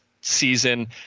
season